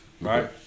Right